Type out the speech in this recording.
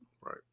Right